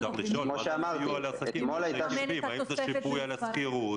--- האם זה שיפוי על השכירות